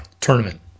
tournament